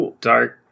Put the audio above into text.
dark